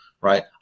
right